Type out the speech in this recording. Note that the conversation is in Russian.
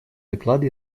доклада